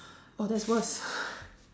oh that's worst